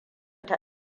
ta